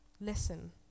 listen